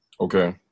Okay